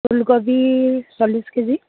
ফুলকবি চল্লিছ কেজি